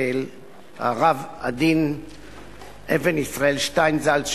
של הרב עדין אבן-ישראל שטיינזלץ,